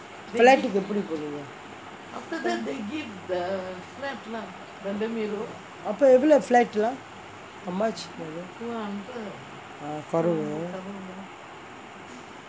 flat கு எப்டி போனிங்கே அப்போ எவ்ளோ:ku epdi poningae appo evlo flat லாம்:laam how much கொறவு:koravu